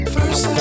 First